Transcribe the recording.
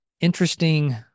interesting